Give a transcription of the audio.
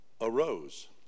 Arose